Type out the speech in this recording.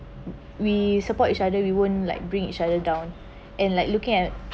we support each other we won't like bring each other down and like looking at